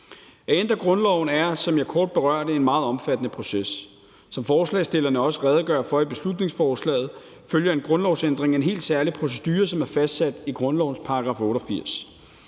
ændre grundloven er, som jeg kort berørte, en meget omfattende proces. Som forslagsstillerne også redegør for i beslutningsforslaget, følger en grundlovsændring en helt særlig procedure, som er fastsat i grundlovens § 88.